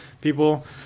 people